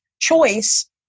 choice